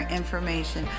information